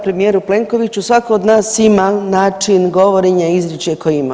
Premijeru Plenkoviću svako od nas ima način govorenja i izričaj koji ima.